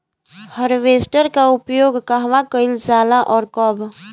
Harvester का उपयोग कहवा कइल जाला और कब?